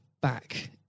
back